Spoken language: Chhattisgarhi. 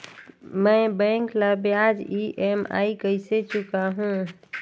मैं बैंक ला ब्याज ई.एम.आई कइसे चुकाहू?